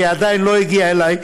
והיא עדיין לא הגיעה אלי,